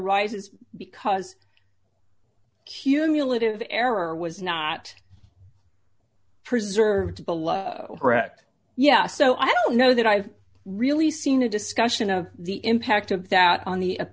s because cumulative error was not preserved below wrecked yes so i don't know that i've really seen a discussion of the impact of that on the appe